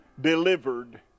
delivered